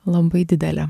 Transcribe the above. labai didelė